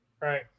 Right